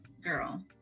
girl